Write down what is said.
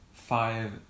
five